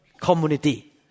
community